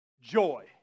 joy